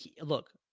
look